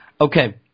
Okay